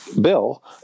bill